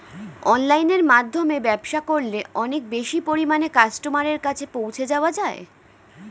অনলাইনের মাধ্যমে ব্যবসা করলে অনেক বেশি পরিমাণে কাস্টমারের কাছে পৌঁছে যাওয়া যায়?